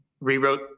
rewrote